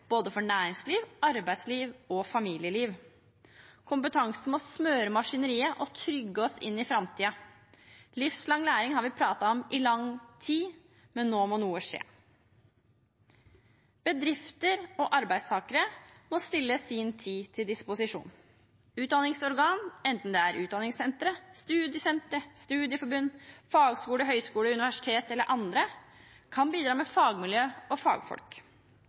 både for næringsliv, arbeidsliv og familieliv. Kompetanse må smøre maskineriet og trygge oss inn i framtiden. Livslang læring har vi pratet om i lang tid, men nå må noe skje. Bedrifter og arbeidstakere må stille sin tid til disposisjon. Utdanningsorgan – enten det er utdanningssentre, studiesentre, studieforbund, fagskoler, høyskoler, universitet eller andre – kan bidra med fagmiljø og fagfolk.